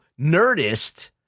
Nerdist